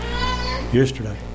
yesterday